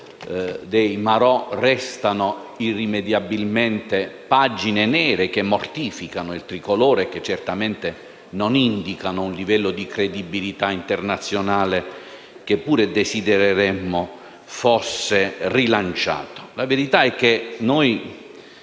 dei marò restano irrimediabilmente pagine nere, che mortificano il tricolore e che certamente non indicano un livello di credibilità internazionale che pure desidereremmo fosse rilanciato. La verità è che in